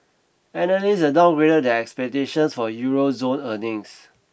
analysts have downgraded their expectations for Euro zone earnings